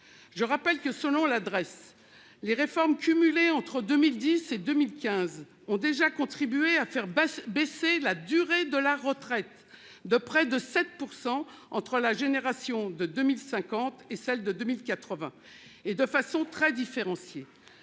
Je rappelle que selon l'adresse les réformes cumulée entre 2010 et 2015 ont déjà contribué à faire baisser, baisser la durée de la retraite de près de 7% entre la génération de 2050 et celle de 2080 et de façon très différenciées.